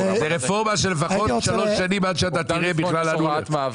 זו רפורמה של לפחות שלוש שנים עד שאתה תראה בכלל --- סליחה,